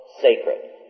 sacred